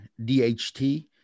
DHT